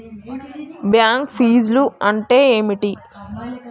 Bank ఫీజ్లు అంటే ఏమిటి?